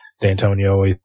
D'Antonio